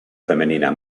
femenina